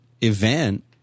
event